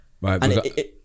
Right